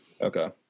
Okay